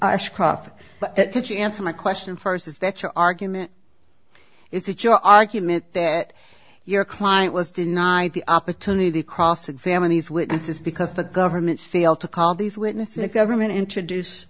ashcroft did she answer my question first is that your argument is it your argument that your client was denied the opportunity to cross examine these witnesses because the government failed to call these witnesses the government introduce